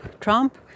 Trump